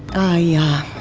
ah, yeah.